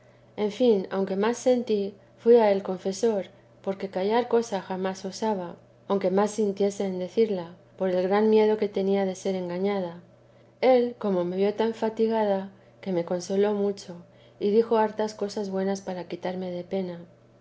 en fin aunque más sentí fui al confesor porque callar cosa jamás osaba aunque más sintiese en decirla por el gran miedo que tenía de ser engañada él como me vio tan fatigada me consoló mucho y dijo hartas cosas buenas para quitarme de pena